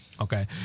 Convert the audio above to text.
Okay